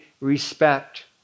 respect